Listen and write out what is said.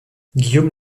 guillaume